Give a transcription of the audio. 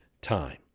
time